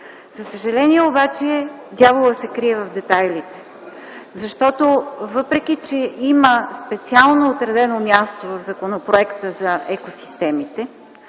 За съжаление обаче дяволът се крие в детайлите, защото въпреки че има специално отредено място в законопроекта за екосистемите,